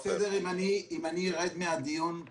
עפר, זה בסדר, אם אני ארד מהדיון?